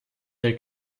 der